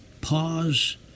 pause